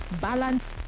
balance